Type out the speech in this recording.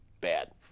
bad